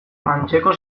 antzeko